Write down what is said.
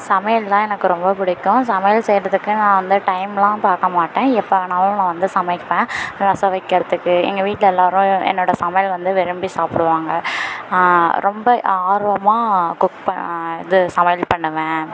சமையல்னால் எனக்கு ரொம்ப பிடிக்கும் சமையல் செய்யறதுக்கு நான் வந்து டைமெலாம் பார்க்கமாட்டேன் எப்போ வேணாலும் நான் வந்து சமைப்பேன் ரசம் வைக்கிறத்துக்கு எங்கள் வீட்டில் எல்லோரும் என்னோடய சமையல் வந்து விரும்பி சாப்பிடுவாங்க ரொம்ப ஆர்வமாக குக் இது சமையல் பண்ணுவேன்